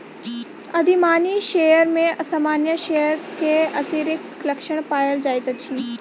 अधिमानी शेयर में सामान्य शेयर के अतिरिक्त लक्षण पायल जाइत अछि